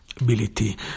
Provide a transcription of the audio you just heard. ability